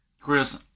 Chris